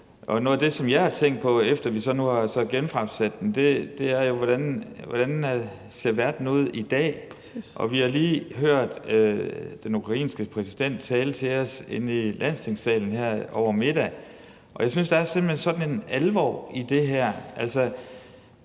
Og noget af det, som jeg har tænkt på, efter at vi nu har genfremsat det, er jo, hvordan verden ser ud i dag. Vi har lige hørt den ukrainske præsident tale til os inde i Landstingssalen her over middag, og jeg synes simpelt hen, at der er sådan en alvor i det her. For